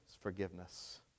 forgiveness